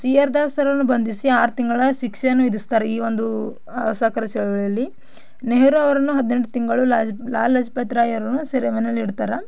C R ದಾಸರನ್ನು ಬಂಧಿಸಿ ಆರು ತಿಂಗಳ ಶಿಕ್ಷೆಯನ್ನು ವಿಧಿಸ್ತಾರೆ ಈ ಒಂದು ಅಸಹಕಾರ ಚಳುವಳಿಯಲ್ಲಿ ನೆಹರು ಅವರನ್ನು ಹದಿನೆಂಟು ತಿಂಗಳು ಲಾಜ್ ಲಾಲಾ ಲಜಪತ್ ರಾಯ ಅವರನ್ನು ಸೆರೆಮನೆಯಲ್ಲಿ ಇಡ್ತಾರೆ